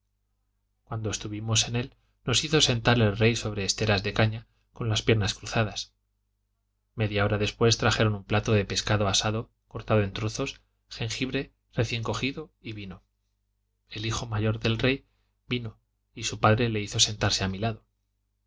cuando estuvimos en él nos hizo sentar el rey sobre esteras de cañas con las piernas cruzadas media hora después trajeron un plato de pescado asado cortado en trozos jengibre recién cogido y vino el hijo mayor del rey vino y su padre le hizo sentarse a mi lado